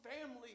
family